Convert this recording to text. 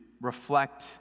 reflect